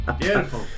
Beautiful